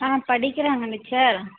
ஆ படிக்கிறாங்க டீச்சர்